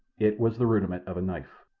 it was the rudiment of a knife.